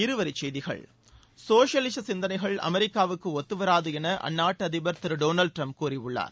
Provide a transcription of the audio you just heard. இருவரிச்செய்திகள் சோஷலிஸ சிந்தனைகள் அமெரிக்காவுக்கு ஒத்து வராது என அந்நாட்டு அதிபர் திரு டொனால்ட் ட்ரம்ப் கூறியுள்ளார்